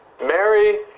Mary